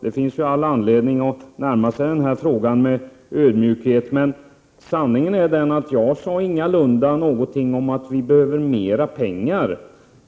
Det finns all anledning att närma sig denna fråga med ödmjukhet. Men sanningen är den att jag ingalunda sade något om att vi behöver mera pengar.